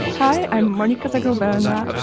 hi, i'm monika zagrobelna,